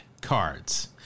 cards